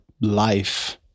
life